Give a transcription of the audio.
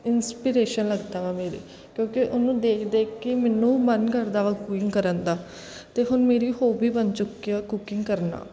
inspiration ਲੱਗਦਾ ਵਾ ਮੇਰੀ ਕਿਉਂਕਿ ਉਹਨੂੰ ਦੇਖ ਦੇਖ ਕੇ ਮੈਨੂੰ ਮਨ ਕਰਦਾ ਵਾ ਕੁਕਿੰਗ ਕਰਨ ਦਾ ਅਤੇ ਹੁਣ ਮੇਰੀ ਹੋਬੀ ਬਣ ਚੁੱਕੀ ਆ ਕੁਕਿੰਗ ਕਰਨਾ